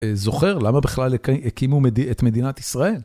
זוכר למה בכלל הקימו את מדינת ישראל?